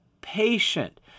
patient